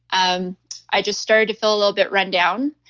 um i just started to feel a little bit rundown.